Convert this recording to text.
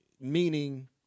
meaning